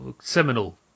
seminal